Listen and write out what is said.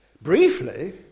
Briefly